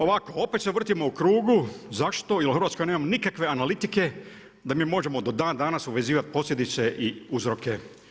Opet se vrtimo u krugu, zašto jer u Hrvatskoj nemam nikakve analitike da mi možemo do dan danas uvezivati posljedice i uzroke.